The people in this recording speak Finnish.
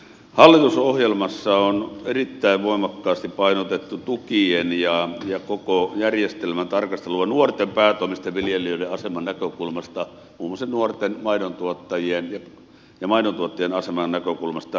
hallitusohjelmassa on erittäin voimakkaasti painotettu tukien ja koko järjestelmän tarkastelua nuorten päätoimisten viljelijöiden aseman näkökulmasta muun muassa nuorten maidontuottajien aseman näkökulmasta